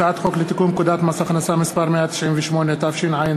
הצעת חוק לתיקון פקודת מס הכנסה (מס' 198), התשע"ד